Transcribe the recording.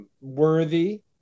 Worthy